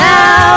Now